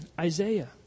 Isaiah